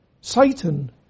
Satan